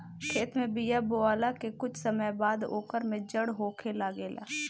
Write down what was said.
खेत में बिया बोआला के कुछ समय बाद ओकर में जड़ होखे लागेला